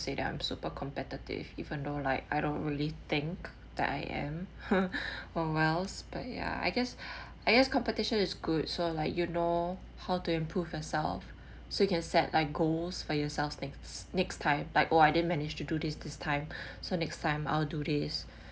see them super competitive even though like I don't really think that I am oh well but ya I guess I guess competition is good so like you know how to improve yourself so you can set like goals for yourselves next next time like oh I didn't managed to do this this time so next time I'll do this